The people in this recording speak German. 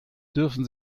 dürfen